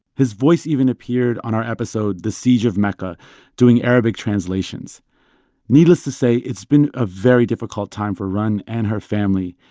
his voice even appeared on our episode the siege of mecca doing arabic translations needless to say, it's been a very difficult time for rund and her family.